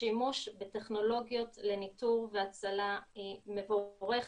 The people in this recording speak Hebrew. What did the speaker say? השימוש בטכנולוגיות לניטור והצלה מבורכת,